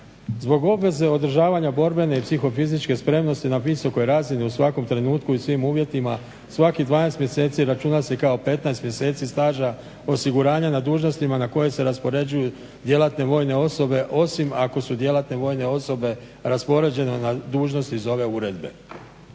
Zbog obveze održavanja borbene i psihofizičke spremnosti na visokoj razini u svakom trenutku i svim uvjetima svakih 12 mjeseci računa se kao 15 mjeseci staža osiguranja na dužnostima na koje se raspoređuju djelatne vojne osobe, osim ako su djelatne vojne osobe raspoređene na dužnost iz ove uredbe.